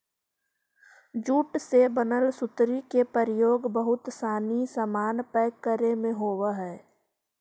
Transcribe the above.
jute से बनल सुतरी के प्रयोग बहुत सनी सामान पैक करे में होवऽ हइ